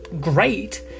great